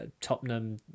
Tottenham